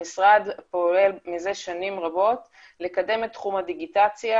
המשרד פועל מזה שנים רבות לקדם את תחום הדיגיטציה